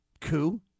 coup